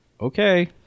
okay